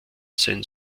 sein